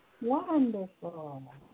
Wonderful